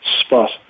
spot